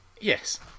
Yes